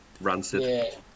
Rancid